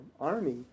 army